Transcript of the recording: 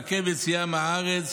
לעכב יציאה מהארץ,